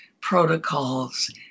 protocols